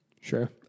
Sure